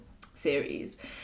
series